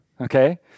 okay